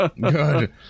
Good